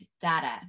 data